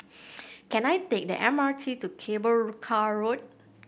can I take the M R T to Cable Car Road